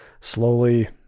slowly